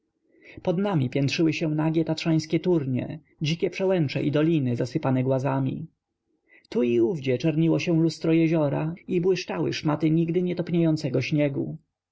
pod nami piętrzyły się nagie tatrzańskie turnie dzikie przełęcze i doliny zasypane głazami tu i owdzie czerniło się lustro jeziora i błyszczały szmaty nigdy nie topniejącego śniegu